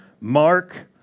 Mark